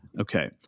Okay